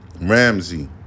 Ramsey